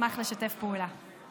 אשמח לשתף פעולה.